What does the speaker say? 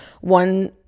One